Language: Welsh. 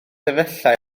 efallai